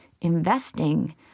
investing